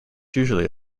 usually